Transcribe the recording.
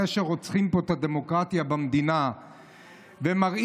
זה שרוצחים פה את הדמוקרטיה במדינה ומראים